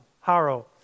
Harrow